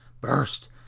burst